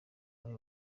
muri